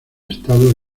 estado